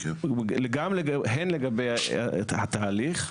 הן לגבי התהליך.